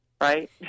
right